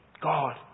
God